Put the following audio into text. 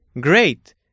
Great